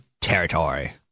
territory